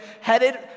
headed